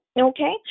Okay